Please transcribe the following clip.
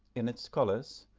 in its scholars,